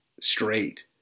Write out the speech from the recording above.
straight